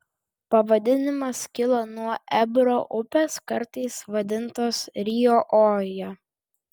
pavadinimas kilo nuo ebro upės kartais vadintos rio oja